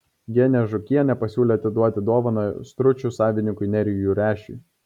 genė žūkienė pasiūlė atiduoti dovaną stručių savininkui nerijui jurešiui